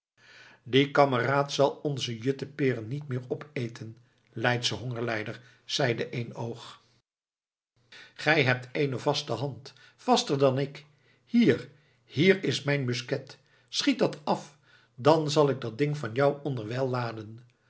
die kameraad zal onze jutteperen niet meer op eten leidsche hongerlijder zeide eenoog gij hebt eene vaste hand vaster dan ik hier hier is mijn musket schiet dat af dan zal ik dat ding van jou onderwijl laden